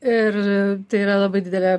ir tai yra labai didelė